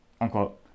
Unquote